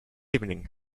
evening